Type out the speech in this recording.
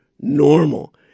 normal